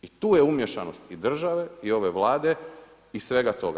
I tu je umiješanost i države i ove Vlade i svega toga.